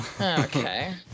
Okay